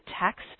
text